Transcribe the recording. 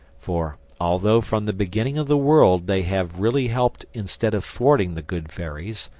for, although from the beginning of the world they have really helped instead of thwarting the good fairies,